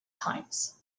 times